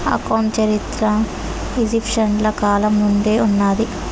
account చరిత్ర ఈజిప్షియన్ల కాలం నుండే ఉన్నాది